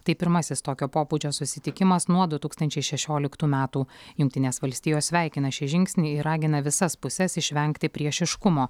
tai pirmasis tokio pobūdžio susitikimas nuo du tūkstančiai šešioliktų metų jungtinės valstijos sveikina šį žingsnį ir ragina visas puses išvengti priešiškumo